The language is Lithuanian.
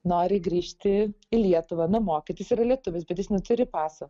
nori grįžti į lietuvą namo kad jis yra lietuvis bet jis neturi paso